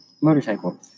motorcycle